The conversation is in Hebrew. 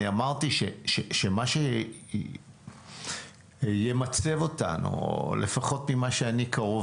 אני אמרתי שמה שימצב אותנו לפחות ממה שאני קרוב